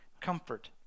comfort